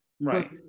Right